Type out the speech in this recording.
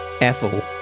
Ethel